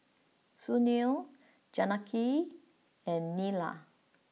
Sunil Janaki and Neila